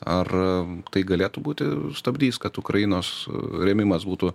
ar tai galėtų būti stabdys kad ukrainos rėmimas būtų